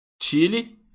Chile